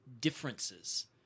differences